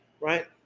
right